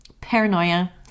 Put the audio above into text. paranoia